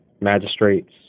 magistrates